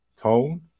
Tone